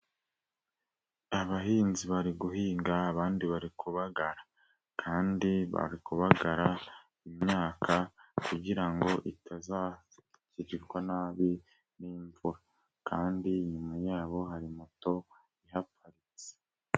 Abahinzi bari guhinga abandi bari kubagara, kandi bari kubagara imyaka kugira ngo itazagirirwa nabi n'imvura kandi inyuma yabo hari moto ihapfaritse.